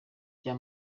bya